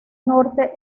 norte